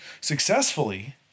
successfully